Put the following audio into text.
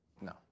No